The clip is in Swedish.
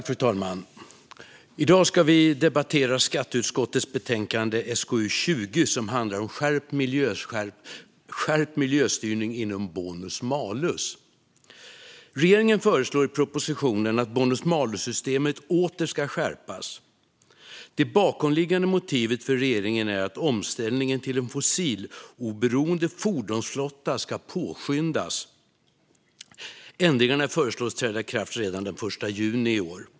Fru talman! I dag ska vi debattera skatteutskottets betänkande SkU20 som handlar om skärpt miljöstyrning inom bonus malus. Regeringen föreslår i propositionen att bonus malus-systemet åter ska skärpas. Det bakomliggande motivet för regeringen är att omställningen till en fossiloberoende fordonsflotta ska påskyndas. Ändringarna föreslås träda i kraft redan den 1 juni i år.